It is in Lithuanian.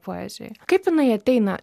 poezijoj kaip jinai ateina